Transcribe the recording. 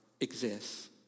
exists